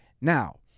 now